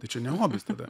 tai čia ne hobis tada